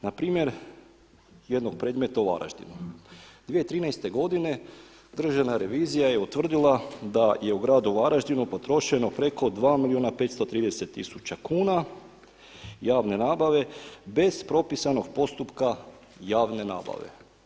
Npr. jednog predmeta u Varaždinu, 2013. godine državna revizija je utvrdila da je u gradu Varaždinu potrošeno preko 2 milijuna 530 tisuća kuna javne nabave bez propisanog postupka javne nabave.